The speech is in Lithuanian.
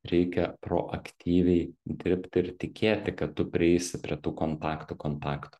reikia proaktyviai dirbti ir tikėti kad tu prieisi prie tų kontaktų kontakto